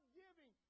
giving